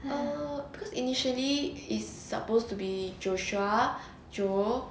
err because initially is supposed to be joshua joe